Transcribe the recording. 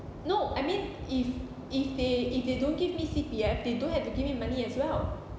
no I mean if if they if they don't give me C_P_F they don't have to give me money as well